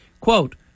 Quote